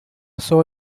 saw